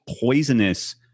poisonous